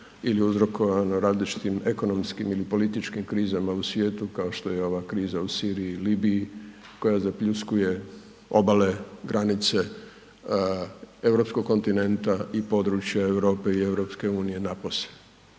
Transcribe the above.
ili uzrokovano različitim ekonomskim ili političkim krizama u svijetu kao što je ova kriza u Siriji i Libiji koja zapljuskuje obale, granice europskog kontinenta i području Europe i EU napose.